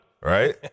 Right